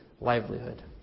livelihood